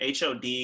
HOD